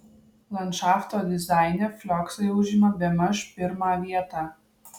landšafto dizaine flioksai užima bemaž pirmą vietą